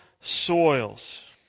soils